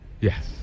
Yes